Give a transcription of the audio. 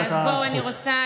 אני יכול,